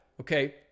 okay